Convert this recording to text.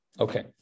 Okay